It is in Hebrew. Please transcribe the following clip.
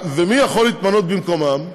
ומי יכול להתמנות במקומם?